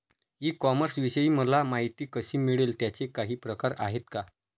E कॉमर्सविषयी मला माहिती कशी मिळेल? त्याचे काही प्रकार आहेत का?